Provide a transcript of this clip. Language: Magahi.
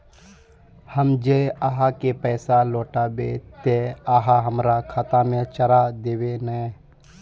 हम जे आहाँ के पैसा लौटैबे ते आहाँ हमरा खाता में चढ़ा देबे नय?